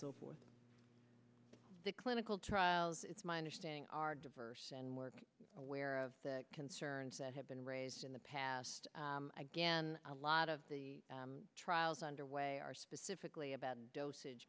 so forth to clinical trials it's my understanding are diverse and work aware of the concerns that have been raised in the past again a lot of the trials underway are specifically about dosage